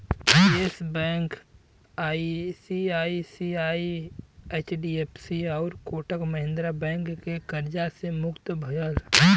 yes bank ICICI, HDFC आउर Kotak Mahindra bank के कर्जा से मुक्त भयल